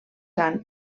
sant